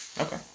Okay